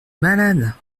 malade